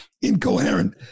incoherent